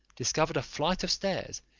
discovered a flight of stairs,